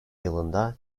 yılında